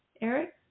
Eric